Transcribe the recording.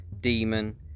demon